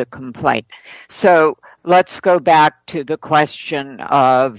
the complaint so let's go back to the question of